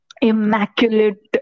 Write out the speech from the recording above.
immaculate